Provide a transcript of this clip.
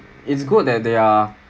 it's good that they are